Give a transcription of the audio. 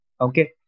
Okay